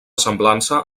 semblança